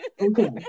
Okay